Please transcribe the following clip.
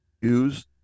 use